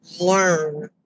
learn